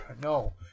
No